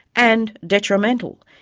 and detrimental,